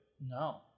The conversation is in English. No